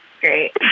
Great